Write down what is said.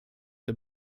der